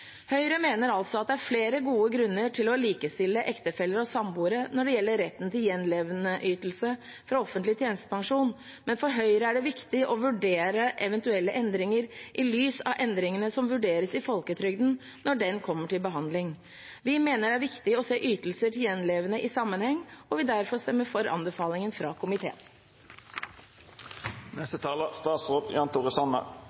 Høyre mener altså at det er flere gode grunner til å likestille ektefeller og samboere når det gjelder retten til gjenlevendeytelse fra offentlig tjenestepensjon, men for Høyre er det viktig å vurdere eventuelle endringer i lys av endringene som vurderes i folketrygden når den kommer til behandling. Vi mener det er viktig å se ytelser til gjenlevende i sammenheng og vil derfor stemme for anbefalingen fra komiteen.